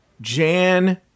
Jan